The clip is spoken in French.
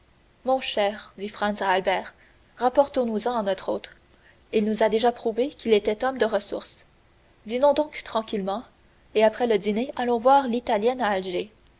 mon cher dit franz à albert rapportons nous en à notre hôte il nous a déjà prouvé qu'il était homme de ressources dînons donc tranquillement et après le dîner allons voir l'italienne à